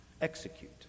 execute